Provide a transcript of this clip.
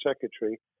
secretary